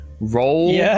roll